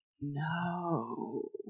no